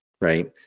right